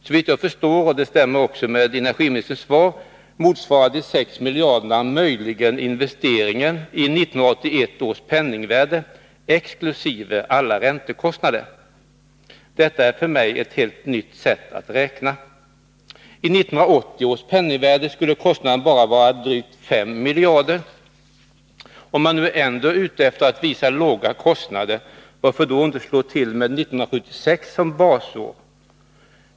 Såvitt jag förstår — det stämmer också med energiministerns svar — motsvarar de 6 miljarderna möjligen investeringen i 1981 års penningvärde, exkl. alla räntekostnader. Detta är för mig ett helt nytt sätt att räkna. I 1980 års penningvärde skulle kostnaderna bara vara drygt 5 miljarder. Om man är ute efter att visa låga kostnader, varför då inte slå till med 1976 som basår?